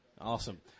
awesome